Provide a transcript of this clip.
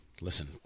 listen